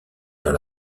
dans